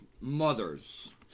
mothers